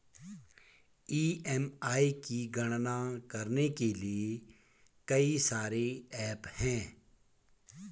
EMI की गणना करने के लिए कई सारे एप्प हैं